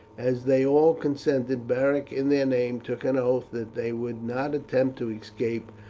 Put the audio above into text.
as they all consented, beric, in their name, took an oath that they would not attempt to escape,